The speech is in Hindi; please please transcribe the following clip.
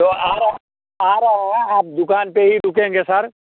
तो आ रहे हैं आ रहे हैं आप दुकान पे ही रुकेंगे सर